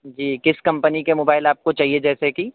جی کس کمپنی کے موبائل آپ کو چاہیے جیسے کہ